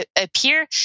appear